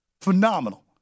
Phenomenal